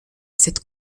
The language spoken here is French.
cette